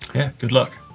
good luck.